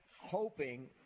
hoping